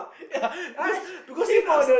yeah because because Sein asked